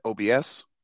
OBS